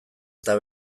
eta